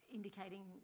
indicating